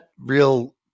real